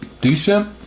Decent